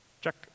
Check